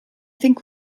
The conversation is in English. think